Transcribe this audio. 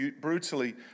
brutally